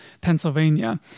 Pennsylvania